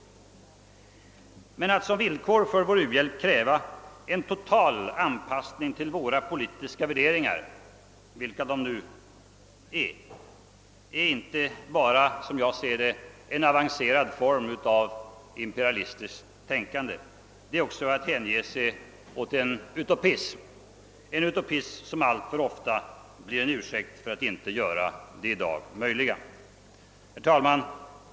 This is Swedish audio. Att som villkor för vår u-hjälp kräva en total anpasning till våra politiska värderingar, vilka de nu är, är inte bara en avancerad form av imperialistikt tänkande. Det är också att hänge sig åt den utopism, som alltför ofta blir en ursäkt för att inte göra det som i dag är möjligt. Herr talman!